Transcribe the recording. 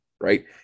right